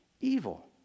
evil